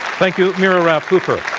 thank you, mira rapp-hooper.